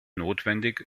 notwendig